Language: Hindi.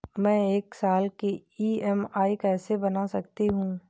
मैं एक साल की ई.एम.आई कैसे बना सकती हूँ?